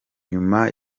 nyuma